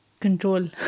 control